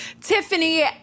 Tiffany